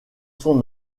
son